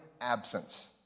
absence